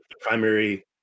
primary